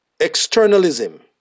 externalism